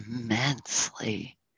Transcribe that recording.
immensely